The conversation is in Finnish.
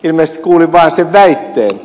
ilmeisesti kuulin vain sen väitteen